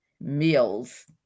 Meals